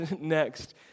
next